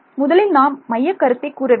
முதலில் நாம் மையக்கருத்தை கூற வேண்டும்